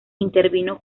intervino